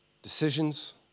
Decisions